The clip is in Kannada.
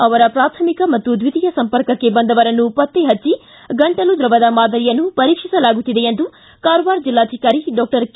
ಅವರ ಪ್ರಾಥಮಿಕ ಮತ್ತು ದ್ವಿತೀಯ ಸಂಪರ್ಕಕ್ಕೆ ಬಂದವರನ್ನು ಪತ್ತೆ ಹಚ್ಚಿ ಗಂಟಲು ದ್ರವದ ಮಾದರಿಯನ್ನು ಪರೀಕ್ಷಿಸಲಾಗುತ್ತಿದೆ ಎಂದು ಕಾರವಾರ ಜಿಲ್ಲಾಧಿಕಾರಿ ಡಾಕ್ಷರ್ ಕೆ